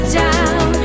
down